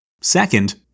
Second